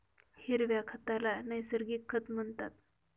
हिरव्या खताला नैसर्गिक खत म्हणतात